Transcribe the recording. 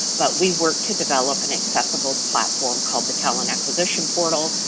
but we work to develop an accessible platform called the talent acquisition portal.